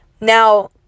Now